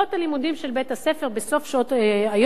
בשעות הלימודים של בית-הספר, בסוף שעות היום,